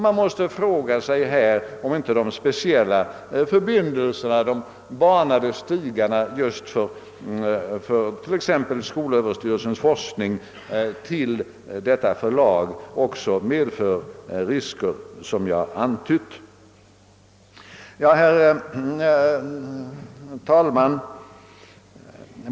Man måste fråga sig om inte de planerade speciella förbindelserna, de banade stigarna för exempelvis skolöverstyrelsens forskning till det nya förlaget medför sådana risker som jag antytt. Herr talman!